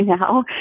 now